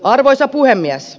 arvoisa puhemies